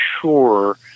sure